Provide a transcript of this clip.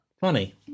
Funny